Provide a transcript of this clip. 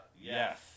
yes